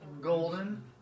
golden